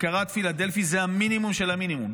אי-הפקרת פילדלפי זה המינימום של המינימום,